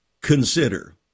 consider